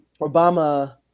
Obama